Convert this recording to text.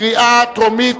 קריאה טרומית.